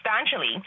substantially